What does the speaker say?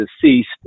deceased